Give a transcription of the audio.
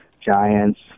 Giants